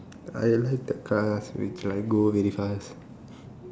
I like the cars which like go very fast